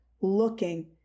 looking